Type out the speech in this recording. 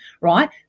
right